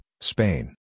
Spain